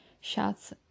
Shots